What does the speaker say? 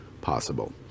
possible